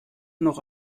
noch